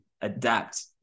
adapt